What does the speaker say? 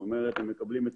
הם מקבלים את